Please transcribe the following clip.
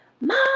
mom